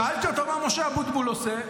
שאלתי אותו מה משה אבוטבול עושה?